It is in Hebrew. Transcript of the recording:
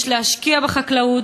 יש להשקיע בחקלאות,